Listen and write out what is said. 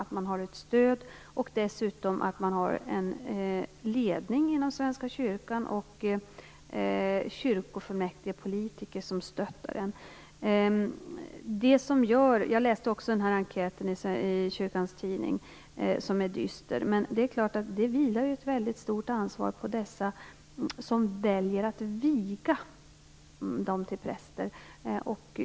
De har ett stöd, och de har dessutom en ledning inom Svenska kyrkan och kyrkofullmäktigepolitiker som stöttar dem. Jag läste också enkäten i Kyrkans Tidning. Den är dyster, men det är klart att det vilar ett väldigt stort ansvar på dem som väljer att viga kvinnoprästmotståndare till präster.